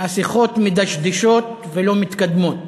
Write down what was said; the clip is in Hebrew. השיחות מדשדשות ולא מתקדמות.